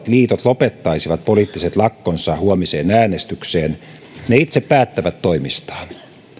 liitot lopettaisivat poliittiset lakkonsa huomiseen äänestykseen ne itse päättävät toimistaan